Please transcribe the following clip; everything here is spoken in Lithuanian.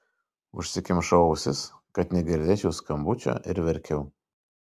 užsikimšau ausis kad negirdėčiau skambučio ir verkiau